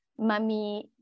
mami